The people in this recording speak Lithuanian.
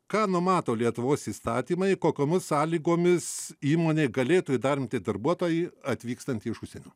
ką numato lietuvos įstatymai kokiomis sąlygomis įmonė galėtų įdarbinti darbuotojį atvykstantį iš užsienio